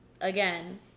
again